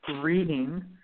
reading